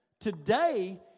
Today